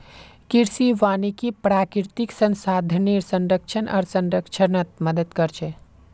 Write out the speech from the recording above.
कृषि वानिकी प्राकृतिक संसाधनेर संरक्षण आर संरक्षणत मदद कर छे